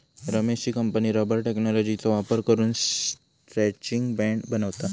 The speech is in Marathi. रमेशची कंपनी रबर टेक्नॉलॉजीचो वापर करून स्ट्रैचिंग बँड बनवता